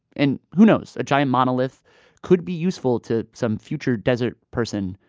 and who knows? a giant monolith could be useful to some future desert person.